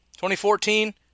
2014